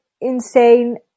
insane